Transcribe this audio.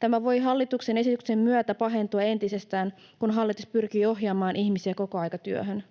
Tämä voi hallituksen esityksen myötä pahentua entisestään, kun hallitus pyrkii ohjaamaan ihmisiä kokoaikatyöhön.